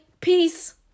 Peace